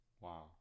Wow